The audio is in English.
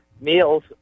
meals